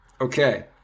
Okay